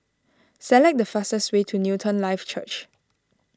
select the fastest way to Newton Life Church